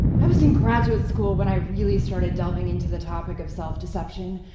i was in graduate school when i really started delving into the topic of self-deception.